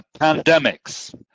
pandemics